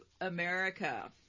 America